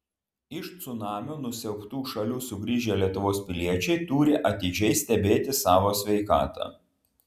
iš cunamio nusiaubtų šalių sugrįžę lietuvos piliečiai turi atidžiai stebėti savo sveikatą